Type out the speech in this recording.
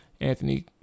Anthony